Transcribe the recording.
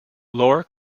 lower